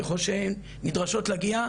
ככל שהן נדרשות להגיע,